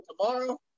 tomorrow